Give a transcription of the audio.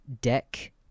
deck